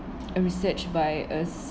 a research by a